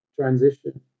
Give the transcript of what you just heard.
transition